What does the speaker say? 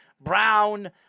Brown